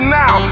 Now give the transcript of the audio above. now